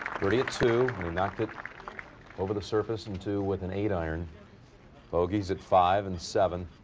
birdie at two. knocked it over the surface into with an eight-iron bogeys at five and seven.